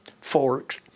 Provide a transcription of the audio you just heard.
forks